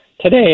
today